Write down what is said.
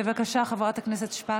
בבקשה, חברת הכנסת שפק.